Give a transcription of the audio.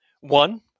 One